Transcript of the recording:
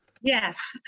yes